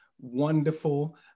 wonderful